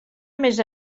més